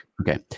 Okay